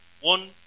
one